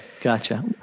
gotcha